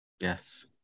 yes